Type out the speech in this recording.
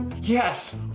Yes